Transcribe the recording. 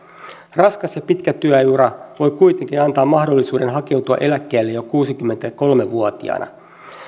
raskas ja pitkä työura voi kuitenkin antaa mahdollisuuden hakeutua eläkkeelle jo kuusikymmentäkolme vuotiaana